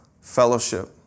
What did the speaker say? fellowship